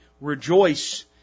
rejoice